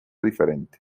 diferente